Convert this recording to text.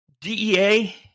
DEA